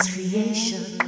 Creation